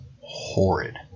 horrid